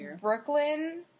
Brooklyn